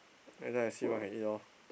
later I see what I can eat lor